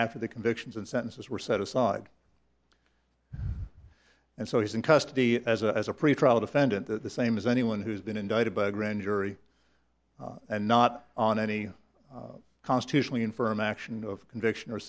after the convictions and sentences were set aside and so he's in custody as a as a pretrial defendant the same as anyone who's been indicted by a grand jury and not on any constitutionally infirm action of conviction